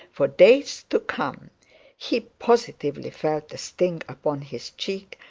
for days to come he positively felt the sting upon his cheek,